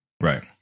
right